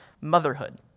Motherhood